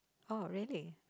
oh really